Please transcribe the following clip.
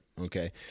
Okay